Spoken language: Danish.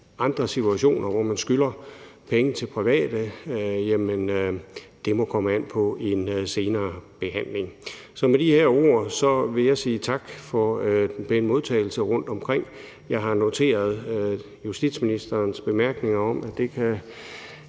andre situationer, hvor man skylder penge til private, må komme an på en senere behandling. Så med de her ord vil jeg sige tak for den pæne modtagelse rundtomkring. Jeg har noteret justitsministerens bemærkninger om, at det kan